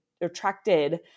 attracted